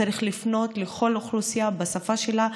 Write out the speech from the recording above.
צריך לפנות לכל אוכלוסייה בשפה שלה,